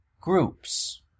groups